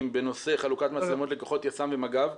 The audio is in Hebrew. בנושא חלוקת מצלמות לכוחות יס"מ ומג"ב.